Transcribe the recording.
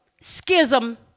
schism